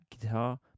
guitar